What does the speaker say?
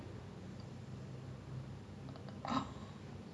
!aiya! shit damn I I thought I knew their names wait ah